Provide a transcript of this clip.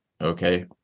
Okay